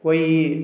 कोई